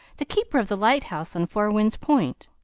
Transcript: the keeper of the lighthouse on four winds point.